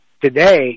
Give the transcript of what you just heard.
today